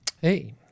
Hey